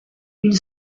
une